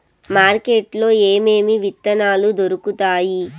market లో ఏమేమి విత్తనాలు దొరుకుతాయి